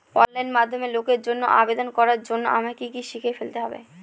Online মাধ্যমে লোনের জন্য আবেদন করার জন্য আমায় কি কি শিখে ফেলতে হবে?